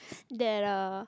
that uh